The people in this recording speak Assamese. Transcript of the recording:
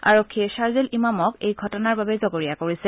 আৰক্ষীয়ে শ্বাৰ্জিল ইমামক এই ঘটনাৰ বাবে জগৰীয়া কৰিছে